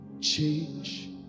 change